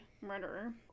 murderer